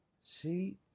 See